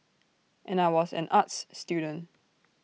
and I was an arts student